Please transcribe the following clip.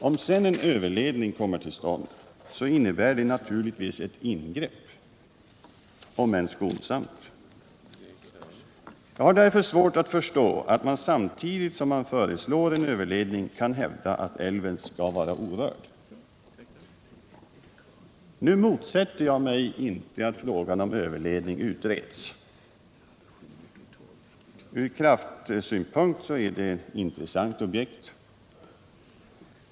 Om sedan en överledning kommer till stånd innebär det naturligtvis ett ingrepp - om än skonsamt. Jag har därför svårt att förstå att man samtidigt som man föreslår en överledning kan hävda att älven skall vara orörd. Nu motsätter jag mig inte att frågan om överledning utreds. Ur kraftsynpunkt är det ett intressant objekt.